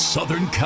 Southern